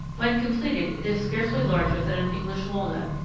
when completed it is scarcely larger than an english walnut,